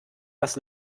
was